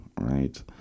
Right